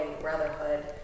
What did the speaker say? brotherhood